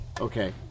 Okay